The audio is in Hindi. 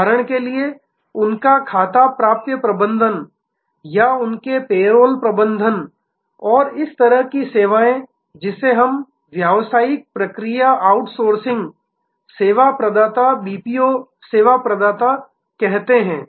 उदाहरण के लिए उनका खाता प्राप्य प्रबंधन या उनके पेरोल प्रबंधन और इस तरह की सेवाएं जिसे हम व्यावसायिक प्रक्रिया आउटसोर्सिंग सेवा प्रदाता बीपीओ सेवा प्रदाता कहते हैं